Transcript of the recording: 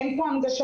אין פה הנגשה,